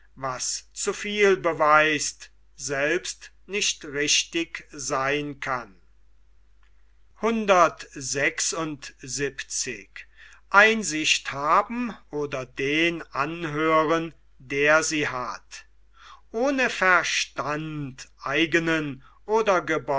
was zu viel beweist selbst nicht richtig sehn kann ohne verstand eigenen oder